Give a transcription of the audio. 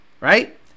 right